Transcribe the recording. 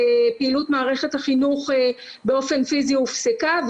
פעילות מערכת החינוך באופן פיזי הופסקה,